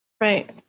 Right